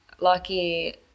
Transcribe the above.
Lucky